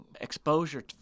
exposure